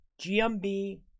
GMB